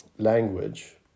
Language